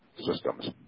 systems